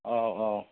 औ औ